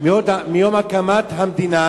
מיום הקמת המדינה,